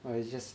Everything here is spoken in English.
or it's just